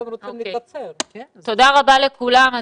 תודה רבה לכולם.